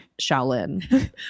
Shaolin